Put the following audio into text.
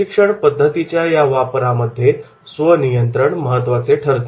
प्रशिक्षण पद्धतीच्या या वापरामध्ये स्व नियंत्रण महत्त्वाचे ठरते